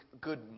good